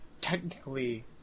technically